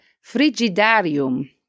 frigidarium